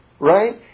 Right